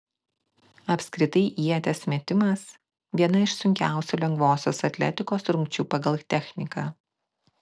apskritai ieties metimas viena iš sunkiausių lengvosios atletikos rungčių pagal techniką